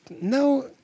No